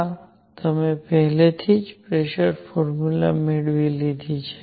આ તમે પહેલેથી જ પ્રેસરની ફોર્મ્યુલા મેળવી લીધી છે